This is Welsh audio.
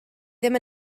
ddim